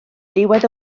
ddiwedd